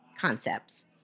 concepts